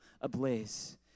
ablaze